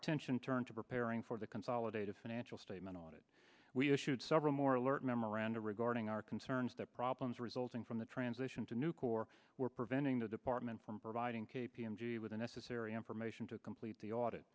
attention turned to preparing for the consolidated financial statement audit we issued several more alert memoranda regarding our concerns that problems resulting from the transition to new core were preventing the department from providing k p m g with the necessary information to complete the audit